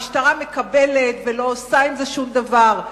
המשטרה מקבלת ולא עושה עם זה שום דבר.